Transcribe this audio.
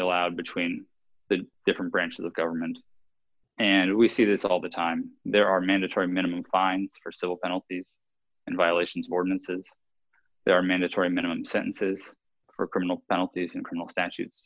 allowed between the different branches of government and we see this all the time there are mandatory minimum fine for civil penalties and violations ordinances there are mandatory minimum sentences for criminal penalties and cruel statutes